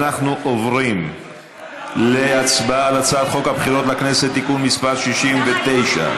אנחנו עוברים להצבעה על הצעת חוק הבחירות לכנסת (תיקון מס' 69)